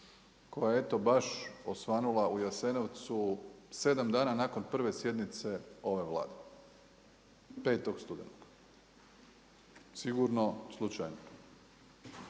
pa eto baš osvanula u Jasenovcu 7 dana nakon prve sjednice ove Vlade, 5. studenog. Sigurno slučajno.